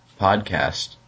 podcast